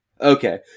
Okay